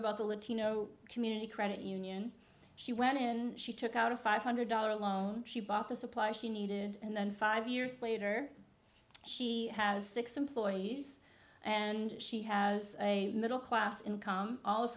about the latino community credit union she went in and she took out a five hundred dollars loan she bought the supplies she needed and then five years later she has six employees and she has a middle class income all of